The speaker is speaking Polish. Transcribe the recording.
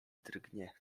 drgnie